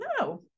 No